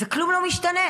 וכלום לא משתנה.